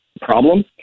problem